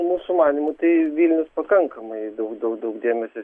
mūsų manymu tai vilnius pakankamai daug daug daug dėmesio